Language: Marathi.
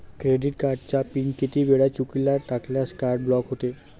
क्रेडिट कार्डचा पिन किती वेळा चुकीचा टाकल्यास कार्ड ब्लॉक होते?